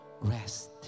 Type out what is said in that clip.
Rest